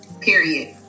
Period